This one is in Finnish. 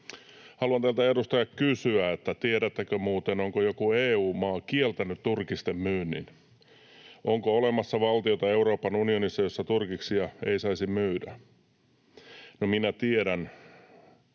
Haluan teiltä, edustajat, kysyä, tiedättekö muuten, onko joku EU-maa kieltänyt turkisten myynnin. Onko olemassa Euroopan unionissa valtioita, joissa turkiksia ei saisi myydä? No, minä tiedän.